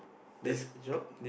the job